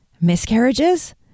miscarriages